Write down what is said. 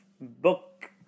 book